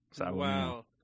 Wow